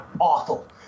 awful